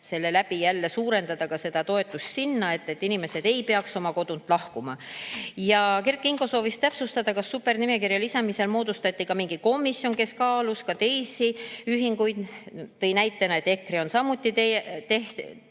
selle kaudu suurendada ka seda toetust sinna, et inimesed ei peaks oma kodunt lahkuma. Kert Kingo soovis täpsustada, kas supernimekirja lisamisel moodustati ka mingi komisjon, kes kaalus teisigi ühinguid. Ta tõi näite, et EKRE on samuti toetanud